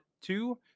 two